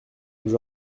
nous